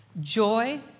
joy